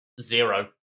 Zero